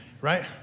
right